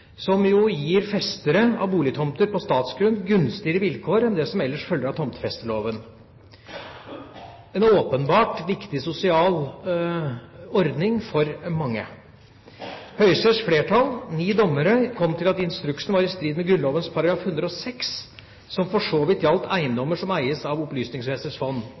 som jo gir festere av boligtomter på statsgrunn gunstigere vilkår enn det som ellers følger av tomtefesteloven – en åpenbart viktig sosial ordning for mange. Høyesteretts flertall – ni dommere – kom til at instruksen var i strid med Grunnloven § 106, som for så vidt gjaldt eiendommer som eies av Opplysningsvesenets fond